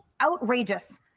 outrageous